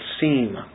seem